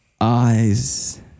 eyes